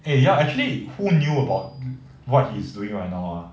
eh ya actually who knew about what he is doing right now ah